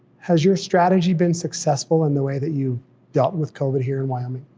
has your strategy been successful in the way that you've dealt with covid here in wyoming?